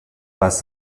best